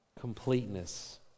Completeness